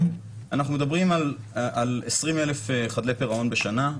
אנחנו מדברים על 20,000 חדלי פירעון בשנה,